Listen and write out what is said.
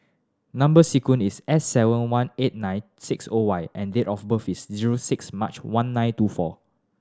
number sequence is S seven one eight nine six O Y and date of birth is zero six March one nine two four